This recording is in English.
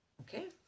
Okay